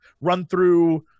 run-through